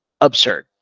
Absurd